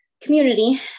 community